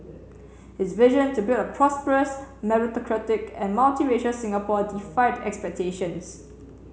his vision to build a prosperous meritocratic and multiracial Singapore defied expectations